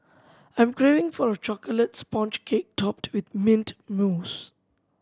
I am craving for a chocolate sponge cake topped with mint mousse